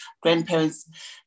grandparents